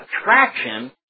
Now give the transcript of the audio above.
attraction